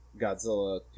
Godzilla